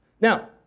Now